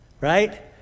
right